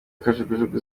kajugujugu